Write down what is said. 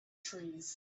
trees